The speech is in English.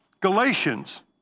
Galatians